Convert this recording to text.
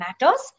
matters